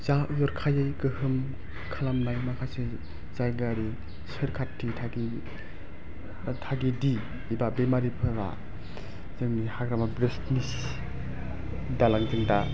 जाबोरखायै गोहोम खालामनाय माखासे जायगायारि सोरखारथि थागिदि बा बेमारि फोरा जोंनि हाग्रामा ब्रिज दालांजों दा